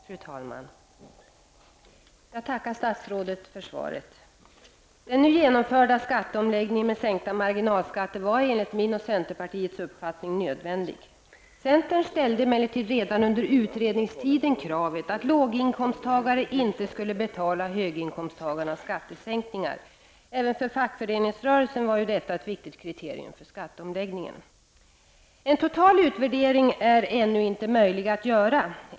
Fru talman! Jag tackar statsrådet för svaret. Den nu genomförda skatteomläggningen med sänkta marginalskatter var enligt min och centerpartiets uppfattning nödvändig. Centern ställde emellertid redan under utredningstiden kravet att låginkomsttagare inte skulle betala höginkomsttagarnas skattesänkningar. Även för fackföreningsrörelsen var detta ett viktigt kriterium för skatteomläggningen. En total utvärdering är ännu inte möjlig att göra.